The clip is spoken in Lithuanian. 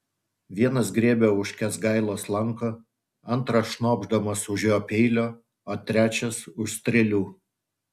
vienas griebia už kęsgailos lanko antras šnopšdamas už jo peilio o trečias už strėlių